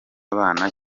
abana